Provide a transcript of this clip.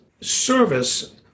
service